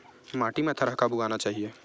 माटी मा थरहा कब उगाना चाहिए?